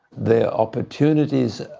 their opportunities are